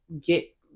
get